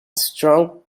strong